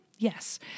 Yes